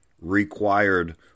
required